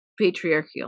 patriarchal